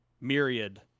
myriad